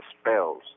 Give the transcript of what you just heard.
spells